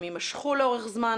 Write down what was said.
הם ימשכו לאורך זמן,